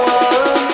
one